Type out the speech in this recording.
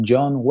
John